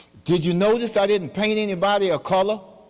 did you notice i didn't paint anybody a color?